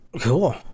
Cool